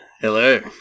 Hello